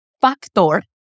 factor